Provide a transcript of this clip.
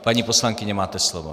Paní poslankyně, máte slovo.